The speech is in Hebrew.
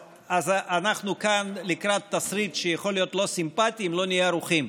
אז אנחנו כאן לקראת תסריט שיכול להיות לא סימפטי אם לא נהיה ערוכים.